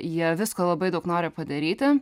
jie visko labai daug nori padaryti